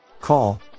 Call